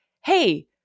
Hey